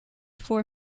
four